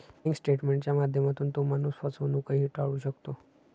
bank स्टेटमेंटच्या माध्यमातून तो माणूस फसवणूकही टाळू शकतो